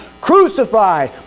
Crucify